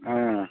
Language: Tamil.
ஆ